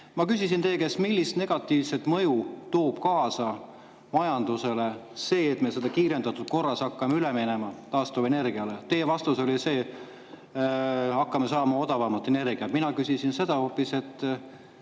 küsisin teie käest, millist negatiivset mõju toob kaasa majandusele see, et me kiirendatud korras hakkame üle minema taastuvenergiale. Teie vastus oli, et hakkame saama odavamat energiat. Mina küsisin hoopis seda,